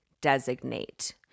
Designate